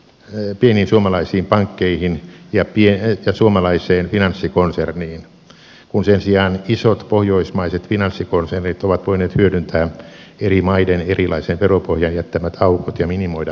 reitin ja suomalaisiin pankkeihin ja suomalaiseen finanssikonserniin kun sen sijaan isot pohjoismaiset finanssikonsernit ovat voineet hyödyntää eri maiden erilaisen veropohjan jättämät aukot ja minimoida verorasituksen